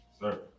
Sir